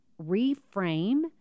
reframe